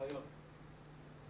אוחיון נמצאת.